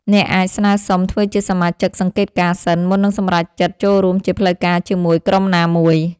អ្នកអាចស្នើសុំធ្វើជាសមាជិកសង្កេតការណ៍សិន មុននឹងសម្រេចចិត្តចូលរួមជាផ្លូវការជាមួយក្រុមណាមួយ។